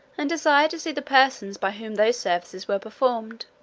and desired to see the persons by whom those services were performed.